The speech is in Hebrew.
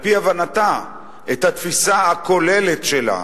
על-פי הבנתה, התפיסה הכוללת שלה.